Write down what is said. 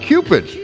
Cupid